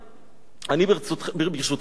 אני, ברשותכם,